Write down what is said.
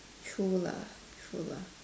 true lah true lah